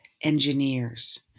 engineers